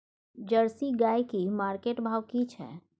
Jersey गाय की market भाव की छै?